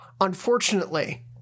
unfortunately